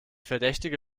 verdächtige